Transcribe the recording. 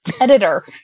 editor